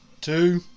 two